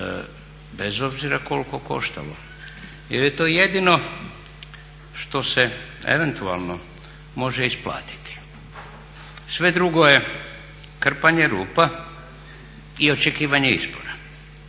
bez obzira koliko koštalo. Jer je to jedino što se eventualno može isplatiti, sve drugo je krpanje rupa i očekivanje izbora.